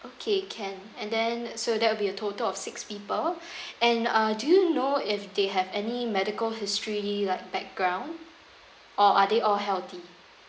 okay can and then so that will be a total of six people and uh do you know if they have any medical history like background or are they all healthy